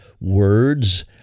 words